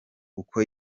uko